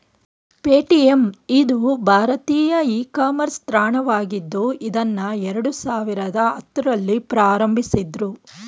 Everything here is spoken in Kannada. ಪೇಟಿಎಂ ಇದು ಭಾರತೀಯ ಇ ಕಾಮರ್ಸ್ ತಾಣವಾಗಿದ್ದು ಇದ್ನಾ ಎರಡು ಸಾವಿರದ ಹತ್ತುರಲ್ಲಿ ಪ್ರಾರಂಭಿಸಿದ್ದ್ರು